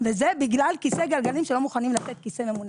וזה בגלל כיסא גלגלים שלא מוכנים לתת כיסא ממונע.